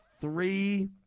three